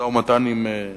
משא-ומתן עם הפלסטינים,